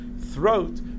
throat